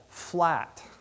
flat